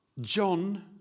John